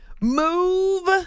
move